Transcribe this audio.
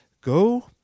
Go